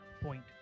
point